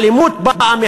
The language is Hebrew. האלימות באה מהמשטרה.